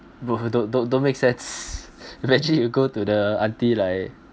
bro don't don't don't make sense imagine you go to the aunty like